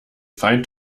feind